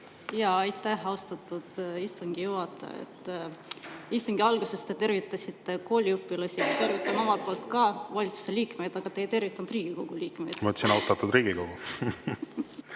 Aitäh, austatud istungi juhataja! Istungi alguses te tervitasite kooliõpilasi – tervitan omalt poolt ka – ja valitsuse liikmeid, aga te ei tervitanud Riigikogu liikmeid. Ma ütlesin: "Austatud Riigikogu!"